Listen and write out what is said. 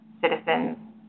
citizens